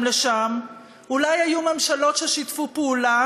עוד ועוד עם הפלסטינים, עד שלא נוכל להיפרד עוד.